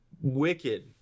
wicked